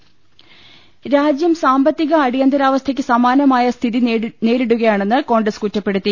രദ്ദേഷ്ടങ രാജ്യം സാമ്പത്തിക അടിയന്തിരാവസ്ഥയ്ക്ക് സ്മാനമായ സ്ഥിതി നേരി ടുകയാണെന്ന് കോൺഗ്രസ് കുറ്റപ്പെടുത്തി